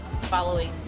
following